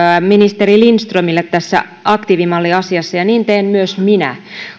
ministeri lindströmille tässä aktiivimalliasiassa ja niin teen myös minä